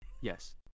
Yes